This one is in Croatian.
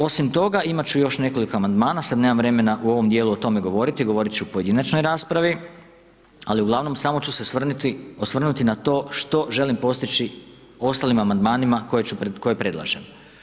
Osim toga, imat ću još nekoliko amandmana sad nemam vremena u ovom dijelu o tome govoriti, govorit ću o pojedinačnoj raspravi, ali uglavnom samo ću se osvrnuti na to što želim postići ostalim amandmanima koje predlažem.